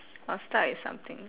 I'll start with something